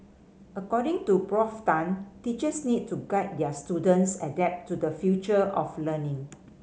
according to Prof Tan teachers need to guide their students adapt to the future of learning